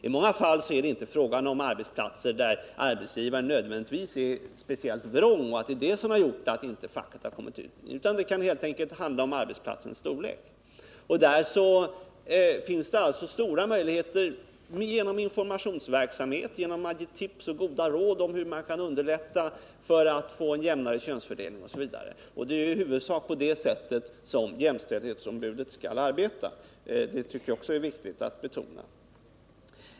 i I många fall är det inte fråga om arbetsplatser där arbetsgivaren nödvändigtvis är speciellt vrång så att facket har mött hinder av den anledningen, utan det kan helt enkelt handla om arbetsplatsens storlek. Då finns ju tillfälle till informationsverksamhet, till att ge tips och goda råd om hur man skall underlätta en jämnare könsfördelning osv., och det är i huvudsak på det sättet jämställdhetsombudet skall arbeta; det är det också viktigt att betona.